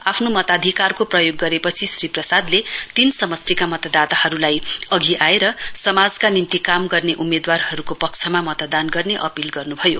आफ्नो मताधिकारको प्रयोग गरेपछि श्री प्रसादले तीन समष्टिका मतदाताहरूलाई अघि आएर समाजका निम्ति काम गर्ने उम्मेद्वारहरूको पक्षमा मतदान गर्ने अपील गर्नुभयो